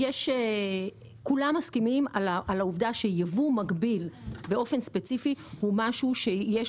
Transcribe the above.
כולם מסכימים על העובדה שייבוא מקביל הוא משהו שיש